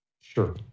Sure